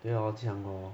then 我讲我